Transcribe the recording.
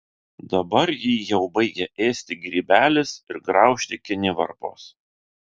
dabar jį jau baigia ėsti grybelis ir graužti kinivarpos